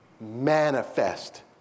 manifest